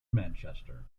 manchester